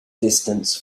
distance